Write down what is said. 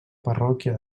parròquia